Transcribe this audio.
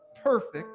Perfect